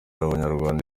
abanyarwanda